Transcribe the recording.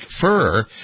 fur